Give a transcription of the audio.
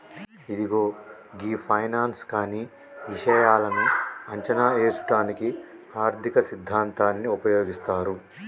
ఇదిగో గీ ఫైనాన్స్ కానీ ఇషాయాలను అంచనా ఏసుటానికి ఆర్థిక సిద్ధాంతాన్ని ఉపయోగిస్తారు